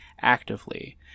actively